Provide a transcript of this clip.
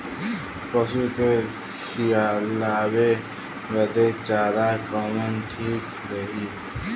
पशु के खिलावे बदे चारा कवन ठीक रही?